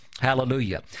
Hallelujah